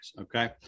okay